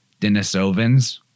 Denisovans